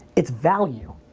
it's value.